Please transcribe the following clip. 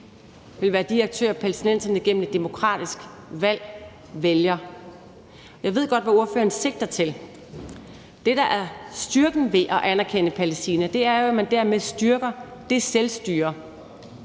vil være de aktører, palæstinenserne gennem et demokratisk valg vælger. Jeg ved godt, hvad ordføreren sigter til. Det, der er styrken ved at anerkende Palæstina, er jo, at man dermed styrker det selvstyre,